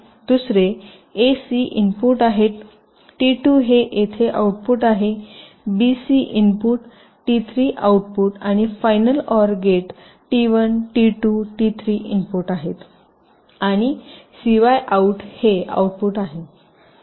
दुसरे A C input आहेत T 2 हे येथे आउटपुट आहे B C input T 3 output आणि final OR gate T 1 T 2 T 3 input आहेत आणि cyआउट हे आउटपुट आहे